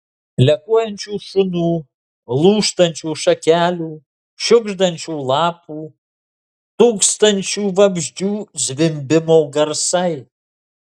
lekuojančių šunų lūžtančių šakelių šiugždančių lapų tūkstančių vabzdžių zvimbimo garsai